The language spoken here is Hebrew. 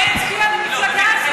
מי אמר לך שהוא לא הצביע למפלגה הזאת?